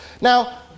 Now